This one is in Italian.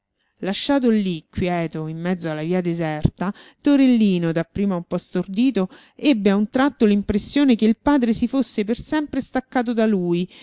lasciato lì quieto in mezzo alla via deserta torellino dapprima un po stordito ebbe a un tratto l'impressione che il padre si fosse per sempre staccato da lui